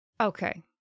Okay